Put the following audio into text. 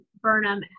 Burnham